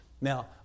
Now